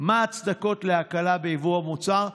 3. מה ההצדקות להקלה ביבוא המוצר?